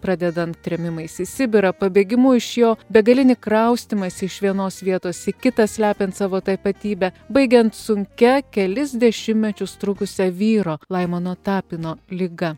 pradedant trėmimais į sibirą pabėgimu iš jo begalinį kraustymąsi iš vienos vietos į kitą slepiant savo tapatybę baigiant sunkia kelis dešimtmečius trukusia vyro laimono tapino liga